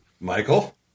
Michael